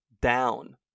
down